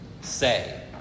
say